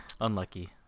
Unlucky